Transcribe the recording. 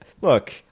Look